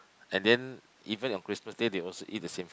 and then even on Christmas Day they also eat the same food